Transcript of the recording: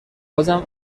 عذر